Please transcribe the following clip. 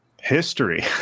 History